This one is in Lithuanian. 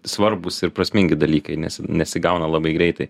svarbūs ir prasmingi dalykai nes nesigauna labai greitai